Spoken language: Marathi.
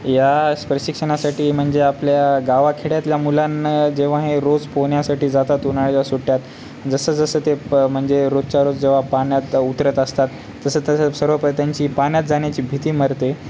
या प्रशिक्षणासाठी म्हणजे आपल्या गावाखेड्यातल्या मुलांना जेव्हा हे रोज पोहण्यासाठी जातात उन्हाळ्याच्या सुट्ट्यात जसं जसं ते प म्हणजे रोजच्या रोज जेव्हा पाण्यात उतरत असतात तसं तसं सर्व प त्यांची पाण्यात जाण्याची भीती मरते